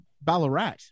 ballarat